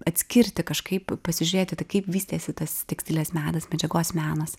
atskirti kažkaip pasižiūrėti tai kaip vystėsi tas tekstilės menas medžiagos menas